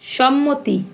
সম্মতি